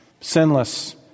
Sinless